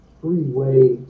freeway